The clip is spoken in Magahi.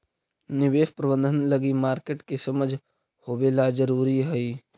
निवेश प्रबंधन लगी मार्केट के समझ होवेला जरूरी हइ